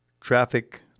traffic